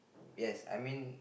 yes I mean